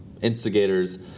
instigators